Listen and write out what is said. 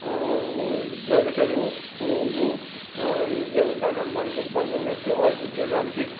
గరిటెలు స్పూన్లు ఎవరికైన మనకు బంధువులు వస్తే వారికి ఇచ్చే దానికి